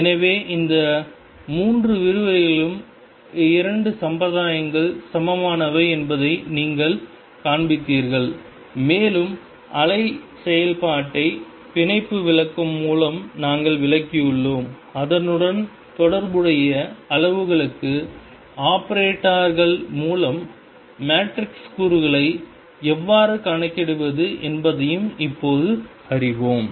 எனவே இந்த மூன்று விரிவுரைகளிலும் 2 சம்பிரதாயங்கள் சமமானவை என்பதை நீங்கள் காண்பித்தீர்கள் மேலும் அலை செயல்பாட்டை பிணைப்பு விளக்கம் மூலம் நாங்கள் விளக்கியுள்ளோம் அதனுடன் தொடர்புடைய அளவுகளுக்கு ஆபரேட்டர்கள் மூலம் மேட்ரிக்ஸ் கூறுகளை எவ்வாறு கணக்கிடுவது என்பதையும் இப்போது அறிவோம்